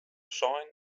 sein